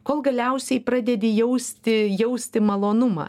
kol galiausiai pradedi jausti jausti malonumą